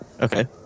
Okay